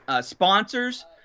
sponsors